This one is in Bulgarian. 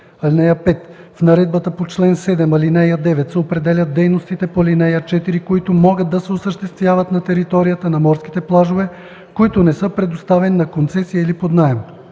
и 6: „(5) В наредбата по чл. 7, ал. 9 се определят дейностите по ал. 4, които могат да се осъществяват на територията на морските плажове, които не са предоставени на концесия или под наем.